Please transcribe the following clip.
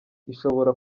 ishobora